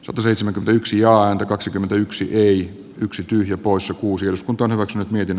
sataseitsemänbvyksi aina kaksikymmentäyksi ei yksi tyhjä poissa kuusi uskontoon ovat nyt meidän